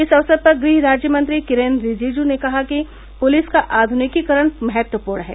इस अवसर पर गृह राज्यमंत्री किरेन रिजिजू ने कहा कि पुलिस का आयुनिकीकरण महत्वपूर्ण है